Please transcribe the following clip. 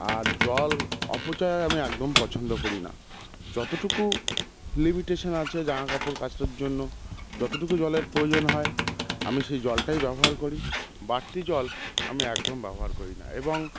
আর জল অপচয় আমি একদম পছন্দ করি না যতটুকু লিমিটেশান আছে জামা কাপড় কাচার জন্য যতটুকু জলের প্রয়োজন হয় আমি সেই জলটাই ব্যবহার করি বাড়তি জল আমি একদম ব্যবহার করি না এবং